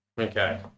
okay